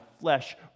flesh